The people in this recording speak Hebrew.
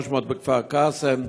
1,300 בכפר קאסם,